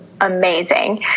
amazing